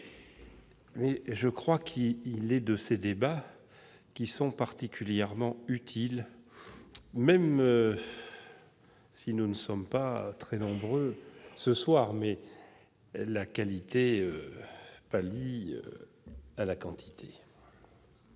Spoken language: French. ma part qu'il est de ces débats particulièrement utiles, même si nous ne sommes pas très nombreux ce soir. La qualité pallie la quantité